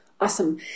Awesome